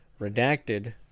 redacted